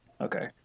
Okay